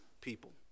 People